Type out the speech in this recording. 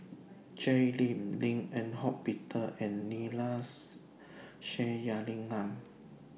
Jay Lim Lim Eng Hock Peter and Neila's Sathyalingam